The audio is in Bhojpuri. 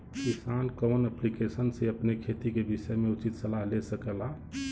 किसान कवन ऐप्लिकेशन से अपने खेती के विषय मे उचित सलाह ले सकेला?